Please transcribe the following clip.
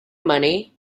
money